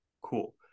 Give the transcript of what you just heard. Cool